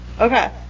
Okay